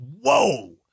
Whoa